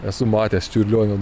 esu matęs čiurlionio